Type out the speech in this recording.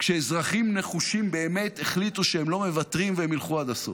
כשאזרחים נחושים באמת החליטו שהם לא מוותרים והם ילכו עד הסוף.